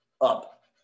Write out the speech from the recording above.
up